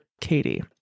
katie